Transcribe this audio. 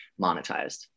monetized